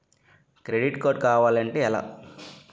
Credit card కావాలి అంటే ఎలా?